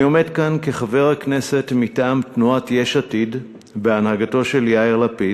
אני עומד כאן כחבר הכנסת מטעם תנועת יש עתיד בהנהגתו של יאיר לפיד.